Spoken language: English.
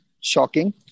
shocking